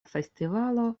festivalo